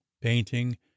painting